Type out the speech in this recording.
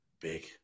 Big